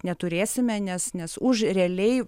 neturėsime nes nes už realiai